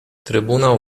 trybunał